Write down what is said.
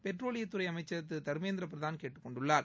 பெட்ரோலியத் என்று அமைச்சர் துறை திரு தர்மேந்திர பிரதான் கேட்டுக் கொண்டுள்ளார்